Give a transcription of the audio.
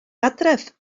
adref